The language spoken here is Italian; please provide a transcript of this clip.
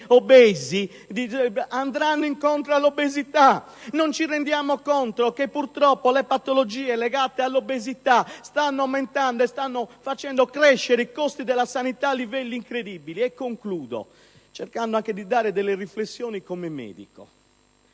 obesi andrà incontro alla obesità; non ci rendiamo conto, purtroppo, che le patologie legate alla obesità stanno aumentando e stanno facendo crescere i costi della sanità a livelli incredibili. Concludo cercando di fare riflessioni anche come medico.